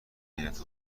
حیرت